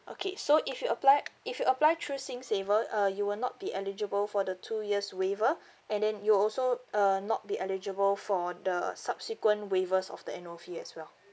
okay so if you apply if you apply through singsaver uh you will not be eligible for the two years waiver and then you also uh not be eligible for the subsequent waivers of the annual fee as well